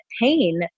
pain